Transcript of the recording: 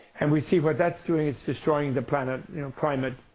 and we see what that's doing. it's destroying the planet you know climate.